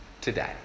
today